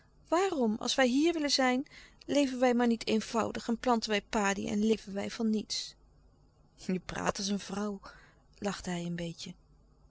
waarom als wij hier willen zijn leven wij maar niet eenvoudig en planten wij padi en leven wij van niets je praat als een vrouw lachte hij een beetje